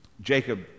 Jacob